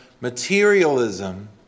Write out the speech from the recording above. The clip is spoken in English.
materialism